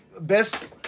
Best